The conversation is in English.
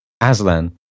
Aslan